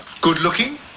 good-looking